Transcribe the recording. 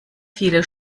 viele